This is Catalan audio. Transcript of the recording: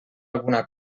alguna